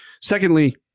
Secondly